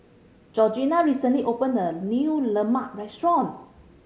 Georgina recently opened a new lemang restaurant